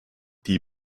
die